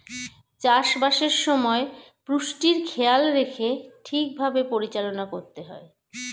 চাষ বাসের সময় পুষ্টির খেয়াল রেখে ঠিক ভাবে পরিচালনা করতে হয়